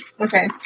Okay